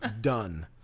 Done